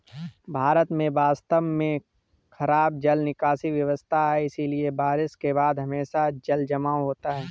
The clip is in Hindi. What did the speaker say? भारत में वास्तव में खराब जल निकासी व्यवस्था है, इसलिए बारिश के बाद हमेशा जलजमाव होता है